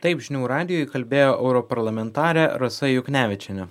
taip žinių radijui kalbėjo europarlamentarė rasa juknevičienė